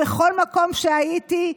בכל מקום שהייתי,